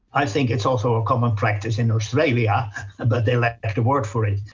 i think it's also a common practice in australia but they lack a word for it.